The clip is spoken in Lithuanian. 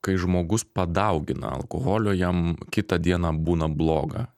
kai žmogus padaugina alkoholio jam kitą dieną būna bloga